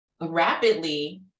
rapidly